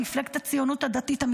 מפלגת הציונות הדתית,